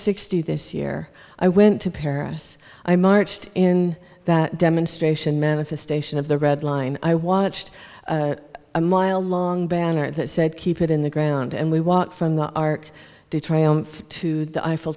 sixty this year i went to paris i marched in that demonstration manifestation of the red line i watched a mile long banner that said keep it in the ground and we walked from the arc de triomphe to the eiffel